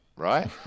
right